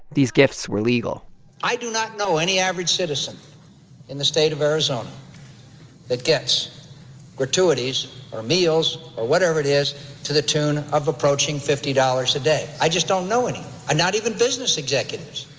these gifts were legal i do not know any average citizen in the state of arizona that gets gratuities or meals or whatever it is to the tune of approaching fifty dollars a day. i just don't know any not even business executives,